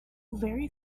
very